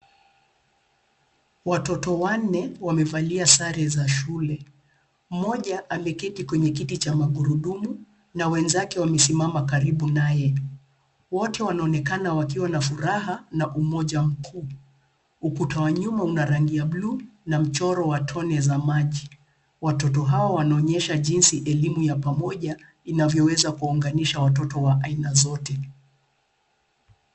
Watoto wanne wamevalia sare za shule mmoja ameketi kwenye kiti cha magurudumu na wenzake wamesimama karibu naye. Wote wanonekana wakiwa na furaha na umoja mkuu. Ukuta wa nyuma una rangi ya bluu na mchoro wa tone za maji. Watoto hawa wanaonyesha jinsi elimu ya pamoja inavyoweza kuunganisha watoto wa aina zote.